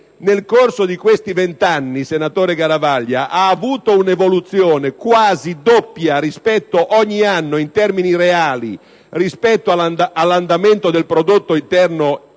nel corso di questi vent'anni, senatore Garavaglia, ha avuto un'evoluzione quasi doppia ogni anno in termini reali rispetto all'andamento del prodotto interno lordo.